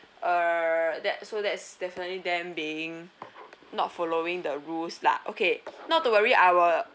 err that so that's definitely them being not following the rules lah okay not too worry I will